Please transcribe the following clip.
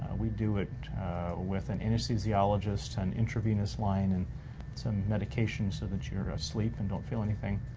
we do it with an anesthesiologist, an intravenous line, and some medication so that you're asleep and don't feel anything,